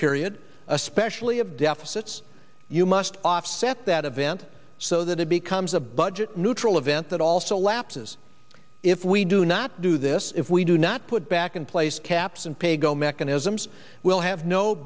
period especially of deficits you must offset that event so that it becomes a budget neutral event that also lapses if we do not do this if we do not put back in place caps and paygo mechanisms we'll have no